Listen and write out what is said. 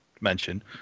mention